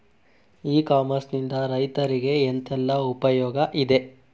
E commerce ನಿಂದ ರೈತರಿಗೆ ಎಂತೆಲ್ಲ ಉಪಯೋಗ ಇದೆ?